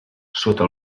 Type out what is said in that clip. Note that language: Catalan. sota